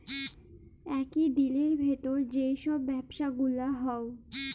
একই দিলের ভিতর যেই সব ব্যবসা গুলা হউ